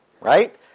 right